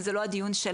אבל זה לא הדיון שלנו.